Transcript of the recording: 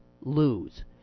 lose